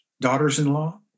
daughters-in-law